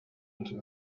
into